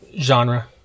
genre